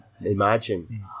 imagine